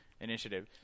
initiative